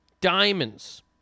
diamonds